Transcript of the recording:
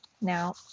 Now